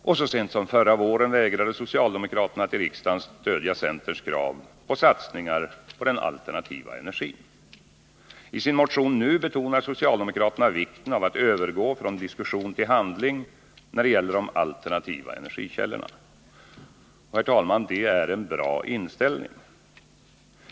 Och så sent som förra våren vägrade socialdemokraterna att i riksdagen stödja centerns krav på satsningar på den alternativa energin. I sin motion nu betonar socialdemokraterna vikten av att övergå från diskussion till handling när det gäller de alternativa energikällorna. Det är en bra inställning.